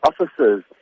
officers